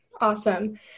awesome